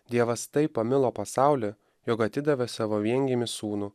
dievas taip pamilo pasaulį jog atidavė savo viengimį sūnų